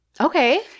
Okay